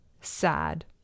sad